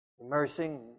immersing